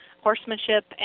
horsemanship